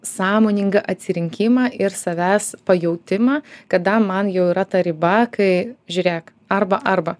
sąmoningą atsirinkimą ir savęs pajautimą kada man jau yra ta riba kai žiūrėk arba arba